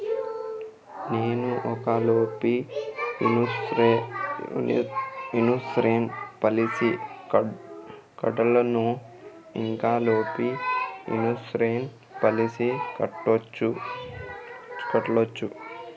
నేను ఒక life insurance policy కడ్తున్నా, ఇంకో లైఫ్ ఇన్సూరెన్స్ పాలసీ కట్టొచ్చా?